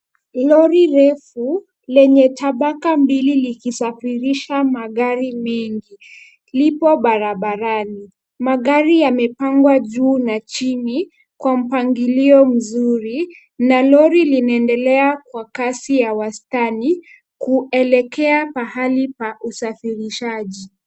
Lori refu lenye tabaka mbili likisafirisha magari mengi lipo barabarani. Magari yamepangwa juu na chini kwa mpangilio mzuri na lori linaendelea kwa kasi ya wastani kuelekea pahali pa usafirishaji.